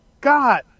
God